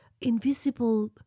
invisible